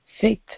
faith